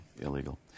illegal